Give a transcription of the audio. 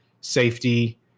safety